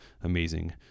amazing